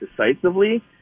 decisively